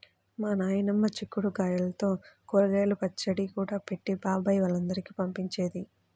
మా నాయనమ్మ చిక్కుడు గాయల్తో ఊరగాయ పచ్చడి కూడా పెట్టి బాబాయ్ వాళ్ళందరికీ పంపించేది